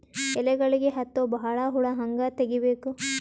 ಎಲೆಗಳಿಗೆ ಹತ್ತೋ ಬಹಳ ಹುಳ ಹಂಗ ತೆಗೀಬೆಕು?